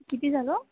किती झालं